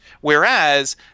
whereas